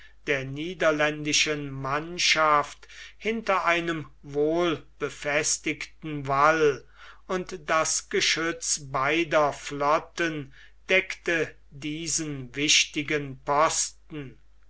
der niederländischen mannschaft hinter einem wohlbefestigten wall und das geschütz beider flotten deckte diesen wichtigen posten